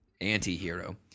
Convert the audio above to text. anti-hero